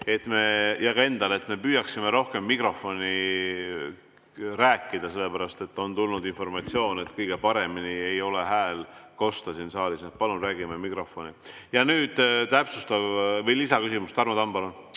ka endale, et me püüaksime rohkem mikrofoni rääkida, sellepärast et on tulnud informatsioon, et kõige paremini ei ole hääl kosta siin saalis. Palun räägime mikrofoni. Ja nüüd lisaküsimus. Tarmo Tamm,